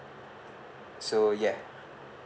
so yeah